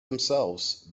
themselves